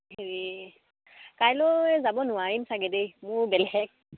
হেৰি কাইলৈ যাব নোৱাৰিম চাগে দেই মোৰ বেলেগ